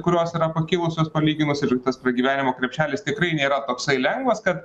kurios yra pakilusios palyginus ir tas pragyvenimo krepšelis tikrai nėra toksai lengvas kad